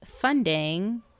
funding